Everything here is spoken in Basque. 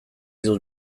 dut